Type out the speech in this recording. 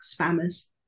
spammers